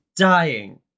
dying